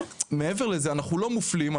שמעבר לזה אנחנו לא מופלים,